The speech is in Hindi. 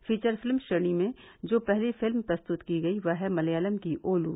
फीचर फिल्म श्रेणी में जो पहली फिल्म प्रस्तुत की गई यह है मलयालम की ओलु